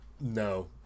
no